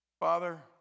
Father